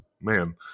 man